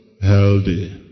Healthy